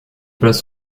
place